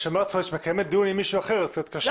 אני שומע אותך מנהלת דיון עם מישהו אחר אז קצת קשה.